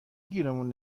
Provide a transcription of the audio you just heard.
گیرمون